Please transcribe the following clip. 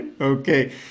Okay